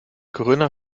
corinna